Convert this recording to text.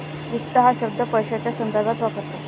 वित्त हा शब्द पैशाच्या संदर्भात वापरतात